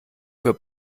für